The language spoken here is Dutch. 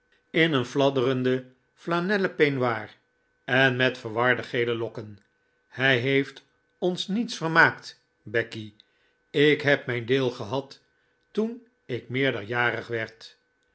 in een fladderenden flanellen peignoir en met verwarde gele lokken hij heeft ons niets vermaakt becky ik heb mijn deel gehad toen ik meerderjarig werd